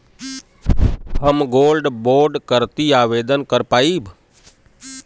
हम gold bond करती आवेदन कर पाईब?